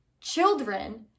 children